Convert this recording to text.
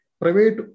Private